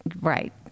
right